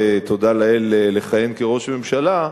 תודה לאל, לכהן כראש ממשלה,